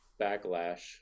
backlash